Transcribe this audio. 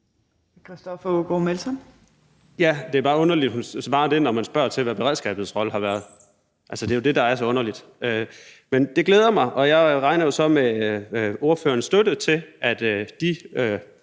Christoffer Aagaard Melson (V): Ja, det er bare underligt, at hun svarer det, når man spørger til, hvad beredskabets rolle har været. Altså, det er jo det, der er så underligt. Men det glæder mig, og jeg regner jo så med ordførerens støtte til, at vi